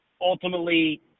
ultimately